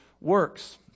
works